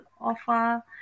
offer